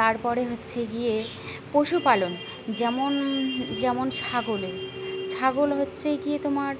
তারপরে হচ্ছে গিয়ে পশুপালন যেমন যেমন ছাগলের ছাগল হচ্ছে গিয়ে তোমার